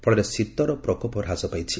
ଫଳରେ ଶୀତର ପ୍ରକୋପ ହ୍ରାସ ପାଇଛି